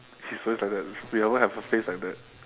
which is always like that we also have a phase like that